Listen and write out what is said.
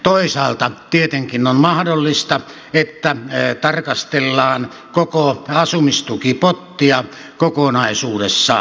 toisaalta tietenkin on mahdollista että tarkastellaan koko asumistukipottia kokonaisuudessaan